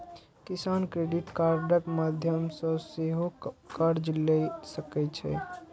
किसान क्रेडिट कार्डक माध्यम सं सेहो कर्ज लए सकै छै